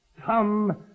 come